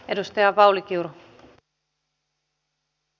arvoisa rouva puhemies